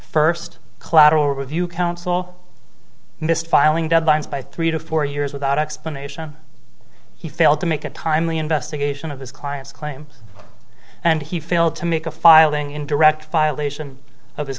first collateral review counsel missed filing deadlines by three to four years without explanation he failed to make a timely investigation of his client's claims and he failed to make a filing in direct violation of his